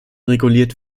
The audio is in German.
reguliert